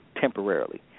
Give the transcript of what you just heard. temporarily